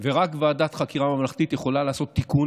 ורק ועדת חקירה ממלכתית יכולה לעשות תיקון,